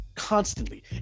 Constantly